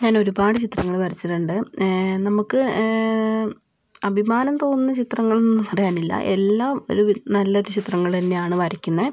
ഞാൻ ഒരുപാട് ചിത്രങ്ങൾ വരച്ചിട്ടിണ്ട് നമുക്ക് അഭിമാനം തോന്നുന്ന ചിത്രങ്ങൾ എന്നൊന്നും പറയാനില്ല എല്ലാം ഒര് നല്ലൊരു ചിത്രങ്ങൾ തന്നെയാണ് വരയ്കുന്നത്